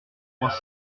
trois